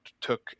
took